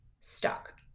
stuck